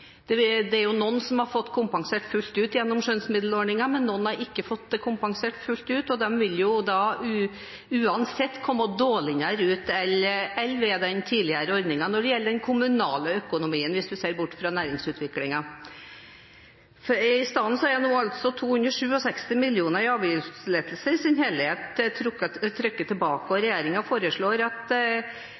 Noen har fått kompensert fullt ut gjennom skjønnsmiddelordningen, men noen har ikke fått kompensert fullt ut, og de vil uansett komme dårligere ut enn med den tidligere ordningen. Dette gjelder den kommunale økonomien – hvis man ser bort fra næringsutviklingen. I stedet er nå 267 mill. kr i avgiftslettelse i sin helhet trukket tilbake, og regjeringen foreslår at